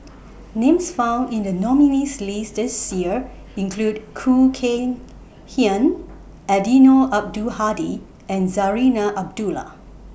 Names found in The nominees' list This Year include Khoo Kay Hian Eddino Abdul Hadi and Zarinah Abdullah